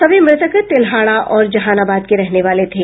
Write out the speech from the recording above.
सभी मृतक तेल्हाड़ा और जहानाबाद के रहने वाले थे